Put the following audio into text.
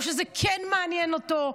או שזה כן מעניין אותו.